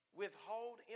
withhold